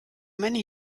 many